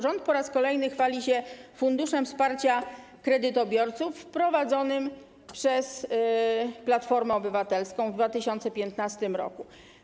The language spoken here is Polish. Rząd po raz kolejny chwali się Funduszem Wsparcia Kredytobiorców, też wprowadzonym przez Platformę Obywatelską w 2015 r.